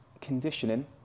conditioning